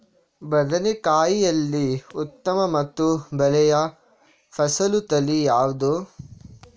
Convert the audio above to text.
ಬದನೆಕಾಯಿಯಲ್ಲಿ ಉತ್ತಮ ಮತ್ತು ಒಳ್ಳೆಯ ಫಸಲು ತಳಿ ಯಾವ್ದು?